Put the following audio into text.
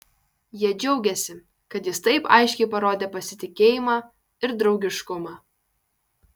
jie džiaugėsi kad jis taip aiškiai parodė pasitikėjimą ir draugiškumą